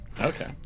Okay